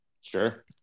Sure